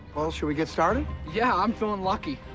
well, shall we get started? yeah, i'm feeling lucky.